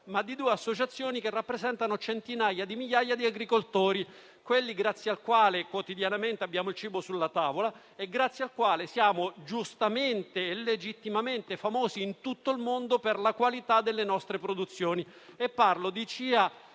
ma di due associazioni che rappresentano centinaia di migliaia di agricoltori, grazie ai quali quotidianamente abbiamo il cibo sulla tavola e grazie ai quali siamo giustamente e legittimamente famosi in tutto il mondo per la qualità delle nostre produzioni: